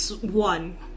one